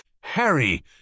Harry